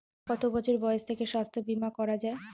কত বছর বয়স থেকে স্বাস্থ্যবীমা করা য়ায়?